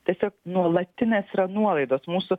tiesiog nuolatinės yra nuolaidos mūsų